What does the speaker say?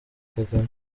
kagame